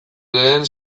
lehen